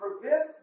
prevents